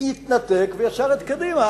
התנתק ויצר את קדימה.